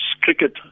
cricket